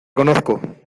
conozco